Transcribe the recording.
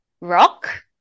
rock